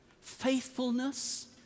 Faithfulness